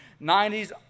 90s